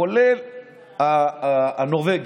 כולל הנורבגי,